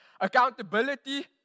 Accountability